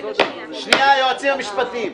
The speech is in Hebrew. שנייה, היועצים המשפטיים.